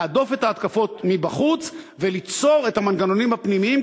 להדוף את ההתקפות מבחוץ וליצור את המנגנונים הפנימיים,